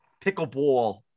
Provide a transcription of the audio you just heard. Pickleball